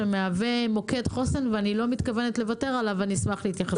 שמהווה מוקד חוסן ואני לא מתכוונת לוותר עליו ואני אשמח להתייחסות.